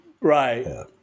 right